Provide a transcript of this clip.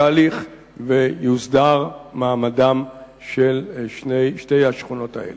התהליך ויוסדר מעמדן של שתי השכונות האלה.